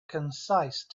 concise